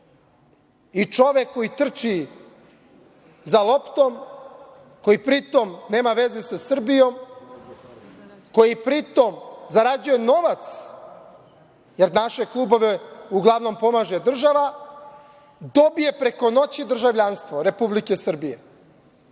i čovek koji trči za loptom, koji pri tome nema veze sa Srbijom, koji pri tome zarađuje novac, jer naše klubove uglavnom pomaže država, dobije preko noći državljanstvo Republike Srbije. Da